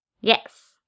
Yes